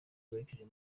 werekeje